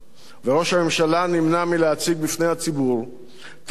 וראש הממשלה נמנע מלהציג בפני הציבור תרחישים